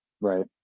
right